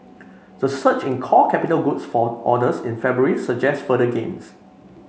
the surge in core capital goods for orders in February suggests further gains